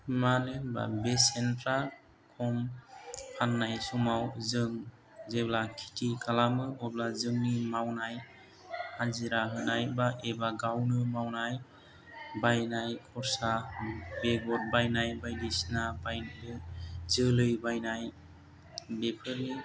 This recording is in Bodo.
मानो होनब्ला बेसेनफ्रा खम फाननाय समाव जों जेब्ला खिथि खालामो अब्ला जोंनि मावनाय हाजिरा होनाय एबा गावनो मावनाय बायनाय खरसा बेगर बायनाय बायदिसिना बायो जोलै बायनाय बेफोरनि